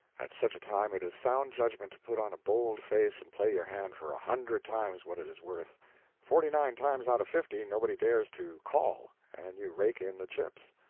at such a time it is sound judgment to put on a bold face and play your hand for a hundred times what it is worth forty-nine times out of fifty nobody dares to call, and you rake in the chips.